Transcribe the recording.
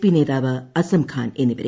P നേതാവ് അസംഖാൻ എന്നിവരെ